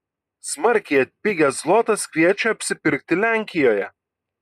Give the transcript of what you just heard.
smarkiai atpigęs zlotas kviečia apsipirkti lenkijoje